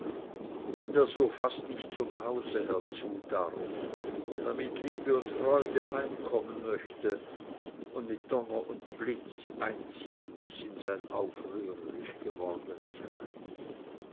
und er so fast nicht zum hause herzu darf wenn er mit liebe und freude heimkommen möchte und mit donner und blitz einziehen muß in sein aufrührerisch gewordenes reich